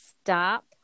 stop